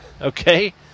okay